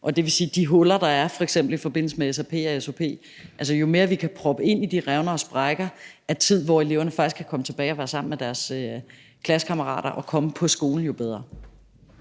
i forhold til de huller, der er f.eks. i forbindelse med srp og sop, at jo mere vi kan proppe ind i de revner og sprækker af tid, hvor eleverne faktisk kan komme tilbage og være sammen med deres klassekammerater og komme på skolen, jo bedre.